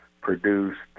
produced